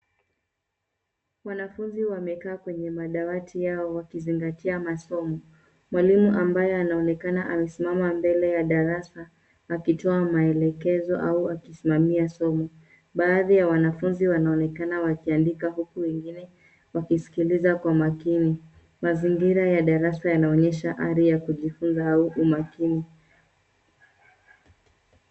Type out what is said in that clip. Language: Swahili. Wanafunzi wamekaa kwenye madawati yao wakizingatia masomo, mwalimu ambaye anaonekana amesimama mbele ya darasa akitoa maelekezo au akisimamia somo. Baadhi ya wanafunzi wanaonekana wakiandika huku wengine wakisikiliza kwa makini. Mazingira ya darasa yanaonyesha ari ya kujifunza au umakini.